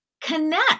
connect